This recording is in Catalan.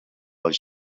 els